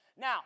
Now